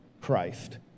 Christ